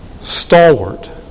stalwart